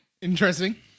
Interesting